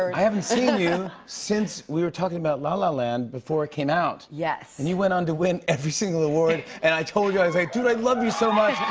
i haven't seen you um since we were talking about la la land before it came out. yes. and you went on to win every single award. and i told you. i was like, dude, i love you so much